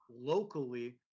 locally